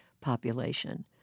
population